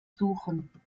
suchen